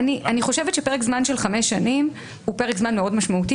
אני חושבת שפרק זמן של חמש שנים הוא פרק זמן מאוד משמעותי.